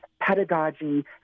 pedagogy